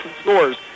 scores